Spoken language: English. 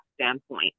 standpoint